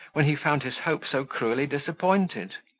when he found his hope so cruelly disappointed!